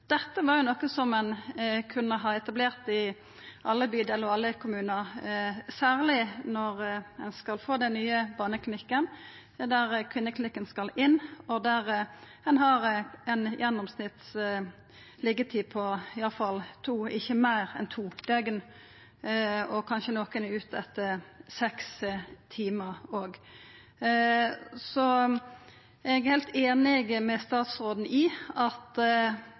noko som ein kunne ha etablert i alle bydelar og i alle kommunar, særleg når ein skal få den nye barneklinikken, der Kvinneklinikken skal inn, og der ein har ei gjennomsnittleg liggjetid på i alle fall ikkje meir enn to døgn – kanskje er nokon ute etter seks timar òg. Eg er heilt einig med statsråden i at